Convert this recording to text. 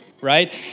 right